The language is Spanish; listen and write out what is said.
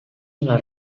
una